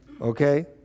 okay